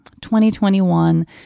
2021